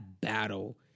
battle